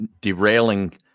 derailing